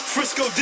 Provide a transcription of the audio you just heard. Frisco